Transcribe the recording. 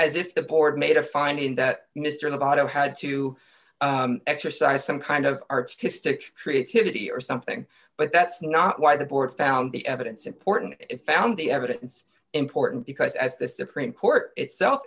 as if the board d made a finding that mr nevada had to exercise some kind of artistic creativity or something but that's not why the board found the evidence important it found the evidence important because as the supreme court itself